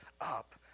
up